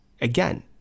Again